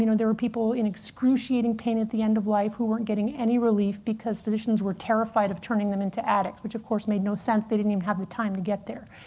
you know there were people in excruciating pain at the end of life who weren't getting any relief, because physicians were terrified of turning them into addicts which, of course, made no sense. they didn't even have the time to get there.